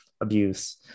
abuse